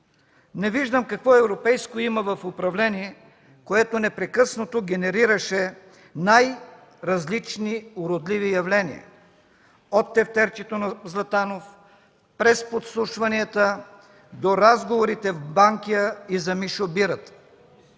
Не виждам какво европейско има в управление, което непрекъснато генерираше най-различни уродливи явления – от тефтерчето на Златанов, през подслушванията, до разговорите в Банкя и за Мишо Бирата.